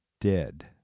dead